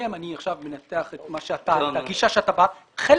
שלפיהם - אני עכשיו מנתח את הגישה בה אתה בא - להבנתך,